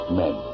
men